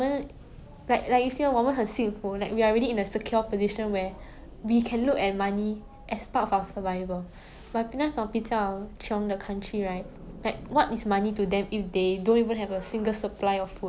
volunteer lah 做义工 then 他说 like 你给他们钱 right 他也是不懂花在那里因为他们 like city 没有 rice like no rice so no matter how nuch money you have you also cannot buy rice